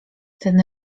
ten